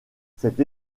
cette